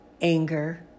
Anger